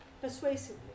persuasively